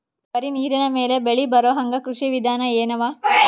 ಬರೀ ನೀರಿನ ಮೇಲೆ ಬೆಳಿ ಬರೊಹಂಗ ಕೃಷಿ ವಿಧಾನ ಎನವ?